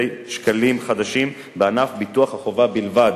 שקלים חדשים בענף ביטוח החובה בלבד.